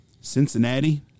Cincinnati